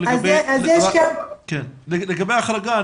לגבי ההחרגה,